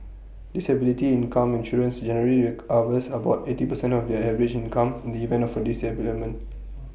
disability income insurance generally recovers about eighty percent of their average income in the event of for disablement